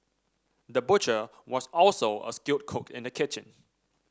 the butcher was also a skilled cook in the kitchen